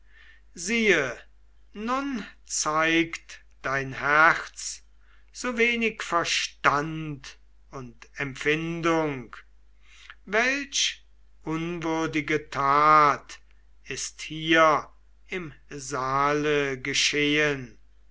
siehe nun zeigt dein herz so wenig verstand als empfindung welch unwürdige tat ist hier im saale geschehen